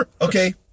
Okay